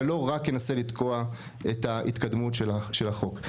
ולא רק ינסה לתקוע את ההתקדמות של החוק.